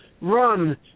run